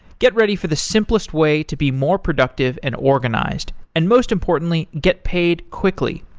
get ready for the simplest way to be more productive and organized. and most importantly, get paid quickly.